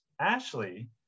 Ashley